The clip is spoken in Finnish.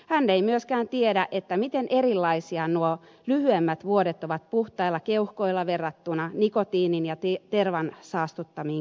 hän ei myöskään tiedä miten erilaisia nuo lyhyemmät vuodet ovat puhtailla keuhkoilla verrattuna nikotiinin ja tervan saastuttamiin keuhkoihin